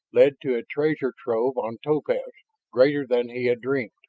led to a treasure trove on topaz greater than he had dreamed.